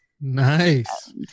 Nice